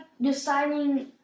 deciding